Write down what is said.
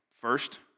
first